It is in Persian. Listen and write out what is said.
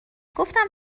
گفتم